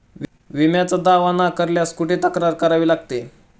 विम्याचा दावा नाकारल्यास कुठे तक्रार करावी लागते?